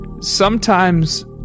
Sometimes